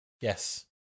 Yes